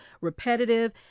repetitive